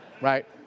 Right